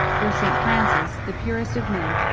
where saint francis, the purest of men,